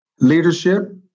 leadership